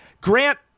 Grant